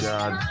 God